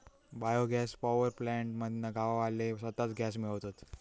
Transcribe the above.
bio gas power plant मधना गाववाले स्वताच गॅस मिळवतत